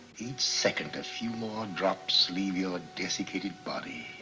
each second a few more drops leave your desiccated body.